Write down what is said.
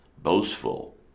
boastful